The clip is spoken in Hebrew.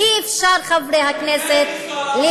אי-אפשר, חברי הכנסת, בבניין בעזה.